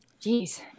Jeez